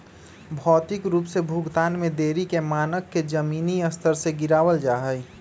भौतिक रूप से भुगतान में देरी के मानक के जमीनी स्तर से गिरावल जा हई